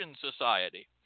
society